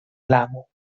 lamą